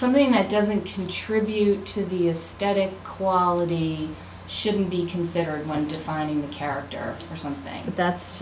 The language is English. something that doesn't contribute to the a static quality shouldn't be considered one defining character or something that's